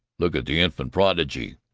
look at the infant prodigy!